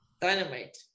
Dynamite